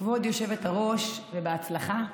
כבוד היושבת-ראש, בהצלחה.